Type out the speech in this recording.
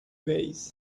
base